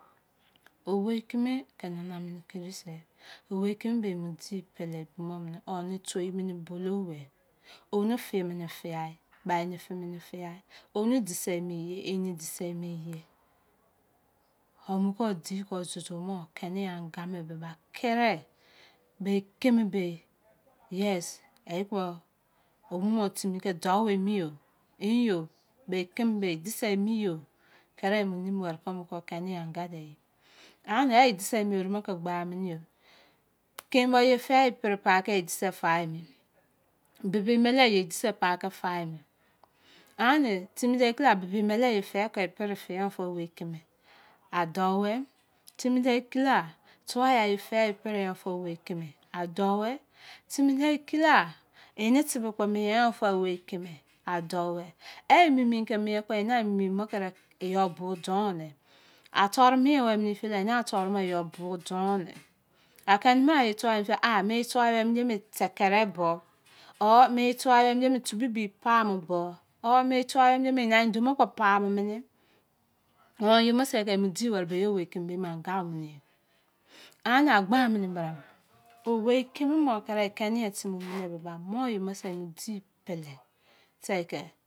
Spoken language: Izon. Owei kimi ki nama mini kinii se, owei kimi be, e mo di pele mini. Oni toi mini bolou me. Oni fimini fiyai, ba eni fimini fiyai. Oni dise emi ye, ba eni dise emi ye. Omu kon di kon zozo mo keni anga me bi ba, kiri, be kimi be, yes. E kpo omomo timi ki dou emi yo. Yingo, mi kimi be, e dise emi yo. Kiri emo nemi weri kon mu kon keni yo angade ye. Ani, a ie dise emi yorubo ki gba mini yo. kimi bo eye fe e pri, e dise pa ke fa emi. Bibi embele eye, edise pa ke fa emi. Ani timi nw ke la, bibi embele eye fe e pri figha fa owei kini, a dou e. Timi de ke la, tua e aye fe̱ e prigha fa owei kimi. A dou e. Timi ne ke la, ini tibi kpo mien gha-fa owei kini. A dou e. E ememein ke mien kpo, eni ememein bo kiri eyo bodon ne. A tory mien la, ena toru mo eya bodo ne. A keni pa eye tau a, e me tua weri emi yee tekẹre bo. Or eme tua weri emi eye mi tubi bi pamo bo. Or, e me tua weri emi eye ena endou bo kpo pamo mini. Mo eyebose ki mo di weri be owei kirii. Be me anga mini. Ani a gba mini brame, owei kini mo kini keni yo timi mini be ba, mo eyebose e mo di pele, te ke.